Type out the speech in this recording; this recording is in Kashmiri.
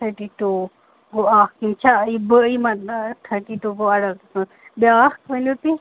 تھٔٹی ٹوٗ گوٚو اَکھ یِم چھا یہِ بہٕ یہِ تھٔٹی ٹوٗ گوٚو بیٛاکھ ؤنِو تُہۍ